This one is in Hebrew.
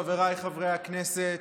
חבריי חברי הכנסת,